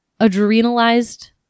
adrenalized